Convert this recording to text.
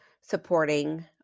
supporting